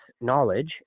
knowledge